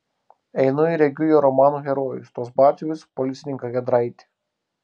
einu ir regiu jo romanų herojus tuos batsiuvius policininką giedraitį